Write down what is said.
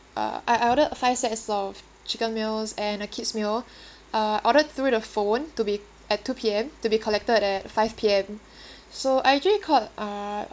uh I ordered five sets of chicken meals and a kids' meal uh ordered through the phone to be at two P_M to be collected at five P_M so I actually called uh